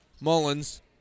Mullins